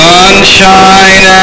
Sunshine